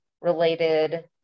related